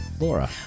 Laura